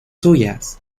suyas